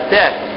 death